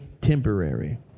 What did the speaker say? temporary